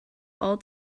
all